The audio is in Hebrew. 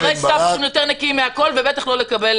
אבל שומרי סף צריכים להיות יותר נקיים מהכול ובטח לא לקבל